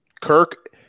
Kirk